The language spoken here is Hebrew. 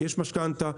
יש משכנתה,